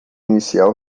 inicial